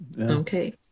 okay